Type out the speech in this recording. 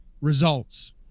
results